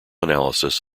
analysis